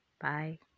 Bye